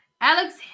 Alex